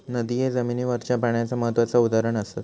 नदिये जमिनीवरच्या पाण्याचा महत्त्वाचा उदाहरण असत